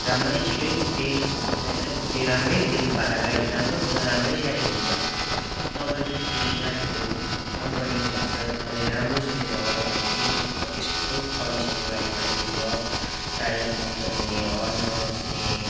राम्ररी छिट्टै पुग्थेँ टाइममै पुग्थेँ राम्रै हुन्थ्यो भाडा गाडीहरू राम्रो हुन्छ राम्ररी स्याहारेको हुन्छ तपाईँले चाहिँ त्यसरी गाडीहरू कम्पनी भन्छ मैले राम्रो सोचेर अर्डर गरेको थिएँ र त्यस्तो कन्डिसनको गाडी पठाइदिनुभयो टायर पङ्कचर हुने हरन नबज्ने